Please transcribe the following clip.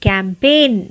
Campaign